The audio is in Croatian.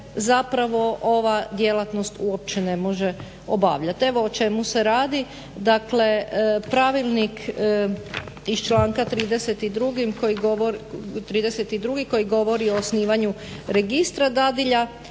zapravo ova djelatnost uopće ne može obavljati. Evo o čemu se radi. Dakle, pravilnik iz članka 32. koji govori o osnivanju registra dadilja